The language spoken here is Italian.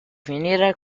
finire